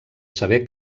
saber